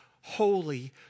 holy